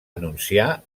anunciar